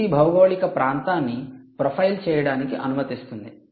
పూర్తి భౌగోళిక ప్రాంతాన్ని ప్రొఫైల్ చేయడానికి అనుమతిస్తుంది